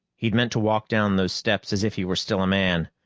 he'd meant to walk down those steps as if he were still a man.